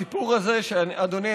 אדוני,